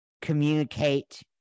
communicate